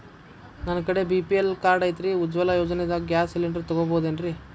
ನನ್ನ ಕಡೆ BPL card ಐತ್ರಿ, ಉಜ್ವಲಾ ಯೋಜನೆದಾಗ ಗ್ಯಾಸ್ ಸಿಲಿಂಡರ್ ತೊಗೋಬಹುದೇನ್ರಿ?